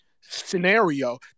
scenario